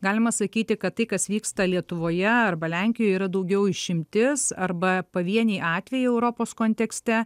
galima sakyti kad tai kas vyksta lietuvoje arba lenkijoje yra daugiau išimtis arba pavieniai atvejai europos kontekste